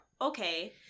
Okay